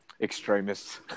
extremists